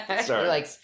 Sorry